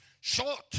short